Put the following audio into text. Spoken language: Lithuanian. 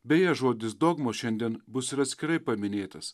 beje žodis dogmos šiandien bus ir atskirai paminėtas